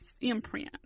imprint